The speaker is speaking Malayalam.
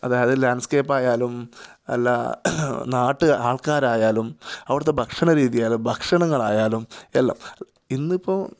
അതായത് ലാന്ഡ് സ്കേപ്പായാലും അല്ലാ നാട്ട് ആള്ക്കാരായാലും അവിടുത്തെ ഭക്ഷണരീതിയാലും ഭക്ഷണങ്ങളായാലും എല്ലാം ഇന്നിപ്പോൾ